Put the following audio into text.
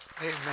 Amen